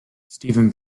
stephen